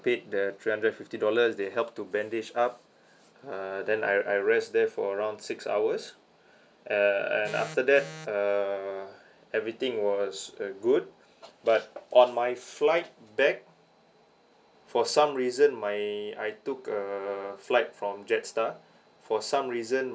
paid the three hundred and fifty dollars they helped to bandage up uh then I I rest there for around six hours uh and after that uh everything was uh good but on my flight back for some reason my I took a flight from jetstar for some reason